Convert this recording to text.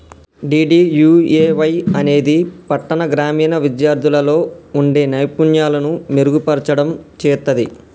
DDUAY అనేది పట్టాణ, గ్రామీణ విద్యార్థుల్లో వుండే నైపుణ్యాలను మెరుగుపర్చడం చేత్తది